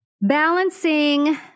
balancing